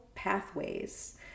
pathways